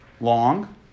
long